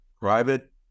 private